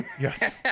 Yes